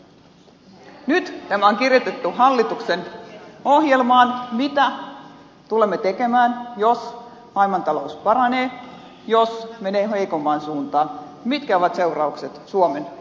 nyt tämä on kirjoitettu hallituksen ohjelmaan mitä tulemme tekemään jos maailmantalous paranee tai jos menee heikompaan suuntaan mitkä ovat seuraukset suomen osalta